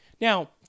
Now